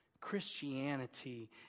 Christianity